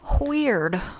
Weird